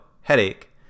headache